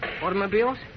Automobiles